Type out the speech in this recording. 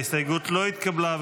ההסתייגות לא התקבלה.